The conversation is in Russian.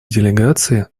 делегации